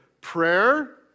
Prayer